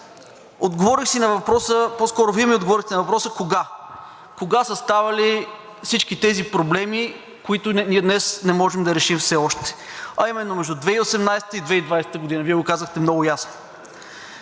Отговорих си на въпроса, по-скоро Вие ми отговорихте на въпроса кога – кога са ставали всички тези проблеми, които днес не можем да решим все още, а именно между 2018-а и 2020 г. – Вие го казахте много ясно.